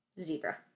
Zebra